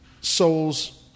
soul's